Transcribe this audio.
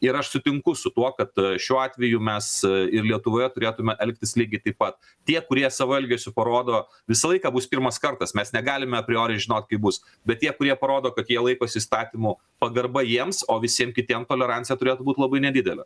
ir aš sutinku su tuo kad šiuo atveju mes ir lietuvoje turėtume elgtis lygiai taip pat tie kurie savo elgesiu parodo visą laiką bus pirmas kartas mes negalime prioriai žinot kaip bus bet tie kurie parodo kad jie laikosi įstatymų pagarba jiems o visiem kitiem tolerancija turėtų būt labai nedidelė